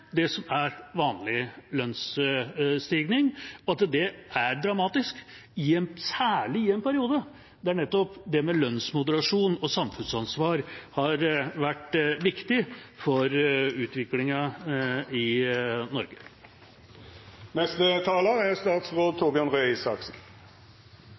det som er vanlig lønnsstigning, og at det er dramatisk, særlig i en periode der nettopp lønnsmoderasjon og samfunnsansvar har vært viktig for utviklingen i Norge. Takk for diskusjonen. Bare for å understreke en del ting, som ikke er